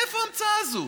מאיפה ההמצאה הזאת?